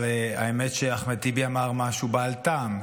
אבל האמת שאחמד טיבי אמר משהו בעל טעם,